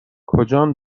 کجان